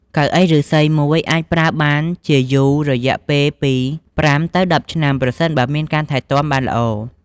កៅអីឫស្សីមួយអាចប្រើបានជាយូររយៈពេលពី ៥ ដល់ ១០ ឆ្នាំ ប្រសិនបើមានការថែទាំបានល្អ។